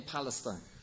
Palestine